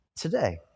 today